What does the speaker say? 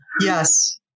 Yes